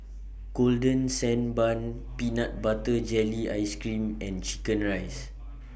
Golden Sand Bun Peanut Butter Jelly Ice Cream and Chicken Rice